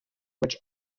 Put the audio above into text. which